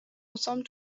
ensemble